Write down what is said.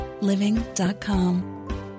Living.com